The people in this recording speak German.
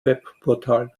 webportal